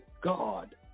God